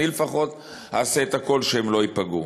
אני, לפחות, אעשה את הכול שהם לא ייפגעו.